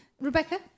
Rebecca